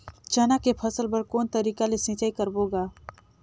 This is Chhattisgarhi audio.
चना के फसल बर कोन तरीका ले सिंचाई करबो गा?